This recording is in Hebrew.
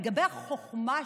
לגבי החוכמה שלי,